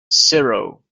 zero